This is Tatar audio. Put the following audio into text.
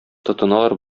тотыналар